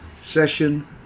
session